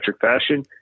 fashion